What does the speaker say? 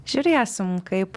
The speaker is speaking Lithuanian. žiūrėsim kaip